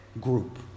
group